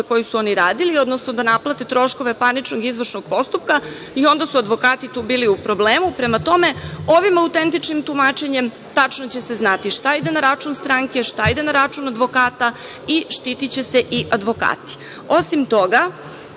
koji su oni radili, odnosno da naplate troškove parničkog i izvršnog postupka i onda su advokati tu bili u problemu. Prema tome, ovim autentičnim tumačenjem tačno će se znati šta ide na račun stranke, šta ide na račun advokata i štitiće se i advokati. Osim